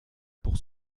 pour